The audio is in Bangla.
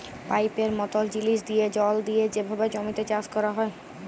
পাইপের মতল জিলিস দিঁয়ে জল দিঁয়ে যেভাবে জমিতে চাষ ক্যরা হ্যয়